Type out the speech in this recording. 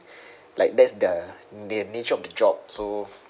like that's the the nature of the job so